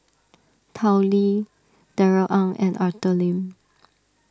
Tao Li Darrell Ang and Arthur Lim